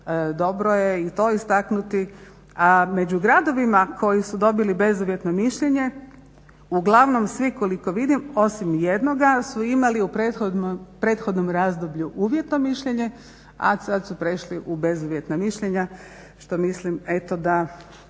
dobro je i to istaknuti. A među gradovima koji su dobili bezuvjetno mišljenje, uglavnom svi koliko vidim, osim jednoga su imali u prethodnom razdoblju uvjetno mišljenje, a sada su prešli u bezuvjetna mišljenja što mislim, eto da